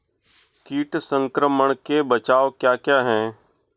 कीट संक्रमण के बचाव क्या क्या हैं?